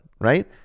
right